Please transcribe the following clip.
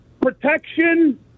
protection